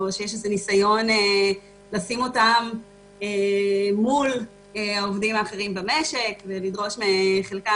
שיש איזה שהוא ניסיון לשים אותם מול העובדים האחרים במשק ולדרוש מחלקם